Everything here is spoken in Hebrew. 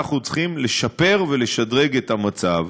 אנחנו צריכים לשפר ולשדרג את המצב.